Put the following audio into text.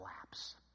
collapse